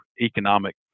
economic